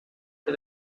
for